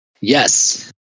Yes